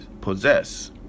possess